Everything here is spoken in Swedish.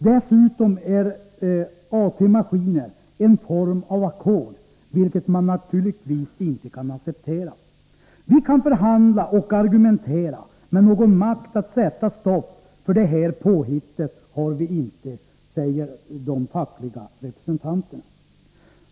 Dessutom är arbetstagarägda maskiner en form av ackord, vilket man naturligtvis inte kan acceptera. Vi kan förhandla och argumentera, men någon makt att sätta stopp för det här påhittet har vi inte, säger de fackliga representanterna.